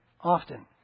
Often